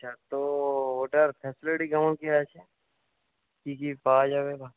আচ্ছা তো ওটার ফেসিলিটি কেমন কী আছে কী কী পাওয়া যাবে